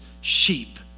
sheep